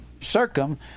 Circum